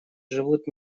живут